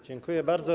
Dziękuję bardzo.